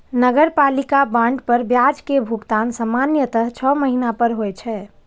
नगरपालिका बांड पर ब्याज के भुगतान सामान्यतः छह महीना पर होइ छै